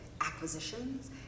acquisitions